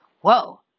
whoa